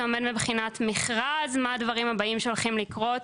עומד מבחינת מכרז ומה הדברים שהולכים לקרות.